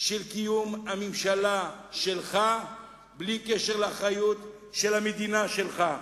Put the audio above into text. של קיום הממשלה שלך בלי קשר לאחריות למדינה שלך.